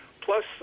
plus